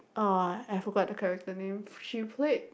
uh I forgot the character name she played